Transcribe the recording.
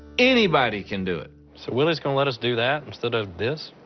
anybody can do it. so willie's gonna let us do that instead of this?